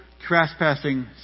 trespassing